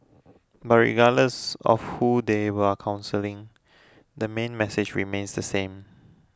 but regardless of who they are counselling the main message remains the same